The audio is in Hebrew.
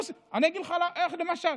אני אגיד לך, למשל